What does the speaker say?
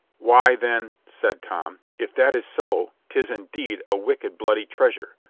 why, then, said tom, if that is so, tis indeed a wicked, bloody treasure,